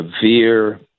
severe